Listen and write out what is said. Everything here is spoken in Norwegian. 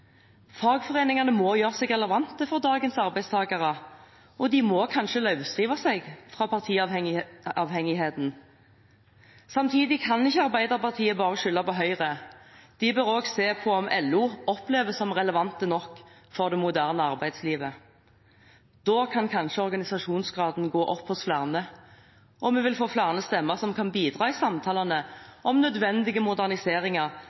Fagforeningene må gjøre seg relevante for dagens arbeidstakere, og de må kanskje løsrive seg fra partiavhengigheten. Samtidig kan ikke Arbeiderpartiet bare skylde på Høyre, de bør også se på om LO oppleves relevant nok for det moderne arbeidslivet. Da kan kanskje organisasjonsgraden gå opp hos flere, og vi vil få flere stemmer som kan bidra i samtalene om nødvendige moderniseringer